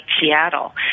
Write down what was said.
Seattle